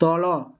ତଳ